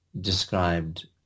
described